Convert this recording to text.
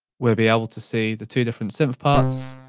we'll be able to see the two different synth parts,